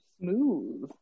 Smooth